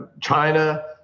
China